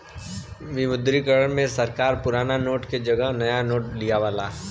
विमुद्रीकरण में सरकार पुराना नोट के जगह नया नोट लियावला